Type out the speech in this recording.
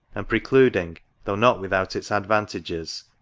and precluding, though not without its advantages,